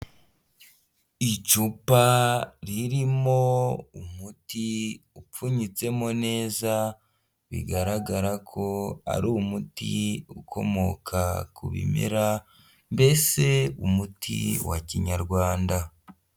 Icupa ririmo umuti upfunyitsemo neza, bigaragara ko ari umuti ukomoka ku bimera mbese umuti wa kinyarwanda.